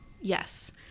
Yes